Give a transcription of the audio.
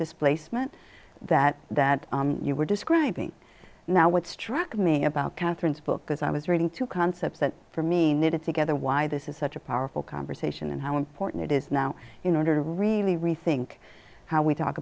displacement that that you were describing now what struck me about catherine's book because i was reading two concepts that for me knitted together why this is such a powerful conversation and how important it is now in order to really rethink how we talk